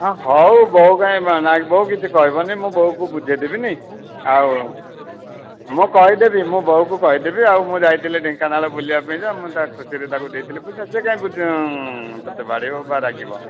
ହଁ ହଉ ବୋଉ କାଇଁ ମ ବୋଉ କିଛି କହିବନି ମୁଁ ବୋଉ କୁ ବୁଝାଇ ଦେବିନି ଆଉ ମୁଁ କହିଦେବି ମୁଁ ବୋଉ କୁ କହିଦେବି ଆଉ ମୁଁ ଯାଇଥିଲି ଢେଙ୍କାନାଳ ବୁଲିବା ପାଇଁ କା ମୁଁ ତାକୁ ଖୁସି ରେ ତାକୁ ଦେଇଥିଲି ପଇସା ସେ କାଇଁ ତତେ ବାଡ଼େଇବ ବା ରାଗିବ